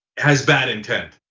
has bad intent.